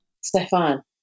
Stefan